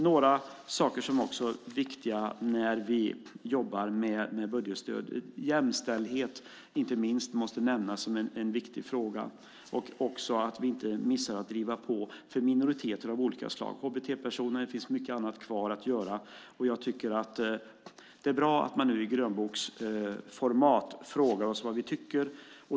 Några saker som också är viktiga när vi jobbar med budgetstödet: Inte minst jämställdhet måste nämnas som en viktig fråga. Vi får inte heller missa att driva på för minoriteter av olika slag. För hbt-personer finns det mycket kvar att göra. Det är bra att man nu i grönboksformat frågar oss vad vi tycker.